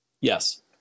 Yes